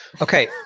Okay